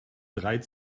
drei